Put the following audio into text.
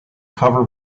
cover